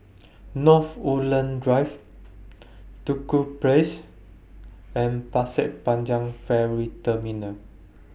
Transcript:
North Woodlands Drive Duku Place and Pasir Panjang Ferry Terminal